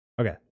Okay